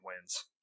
wins